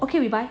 okay we buy